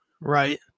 Right